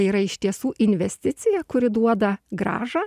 yra iš tiesų investicija kuri duoda grąžą